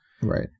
Right